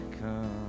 come